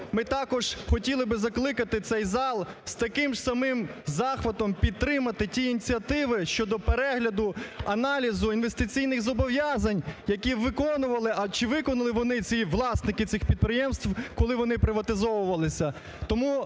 ми також хотіли би закликати цей зал з таким самим захватом підтримати ці ініціативи щодо перегляду, аналізу інвестиційних зобов'язань, які виконували. А чи виконали вони, ці власники цих підприємств, коли вони приватизовувались?